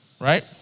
right